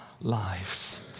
lives